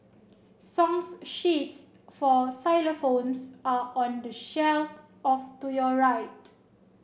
song sheets for xylophones are on the shelf of to your right